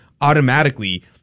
automatically